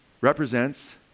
represents